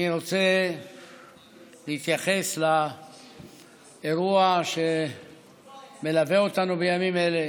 אני רוצה להתייחס לאירוע שמלווה אותנו בימים אלה.